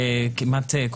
זה מה